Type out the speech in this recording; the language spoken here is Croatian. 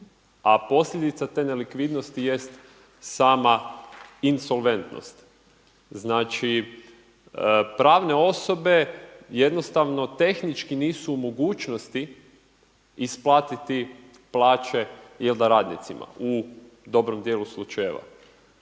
a posljedica te nelikvidnosti jest sama insolventnost. Znači pravne osobe jednostavno tehnički nisu u mogućnosti isplatiti plaće … radnicima u dobrom dijelu slučajeva.